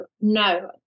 no